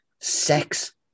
sex